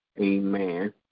amen